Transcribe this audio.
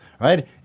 right